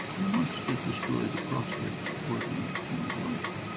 he wants to destroy the prospects for organized human life.